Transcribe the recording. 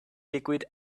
liquid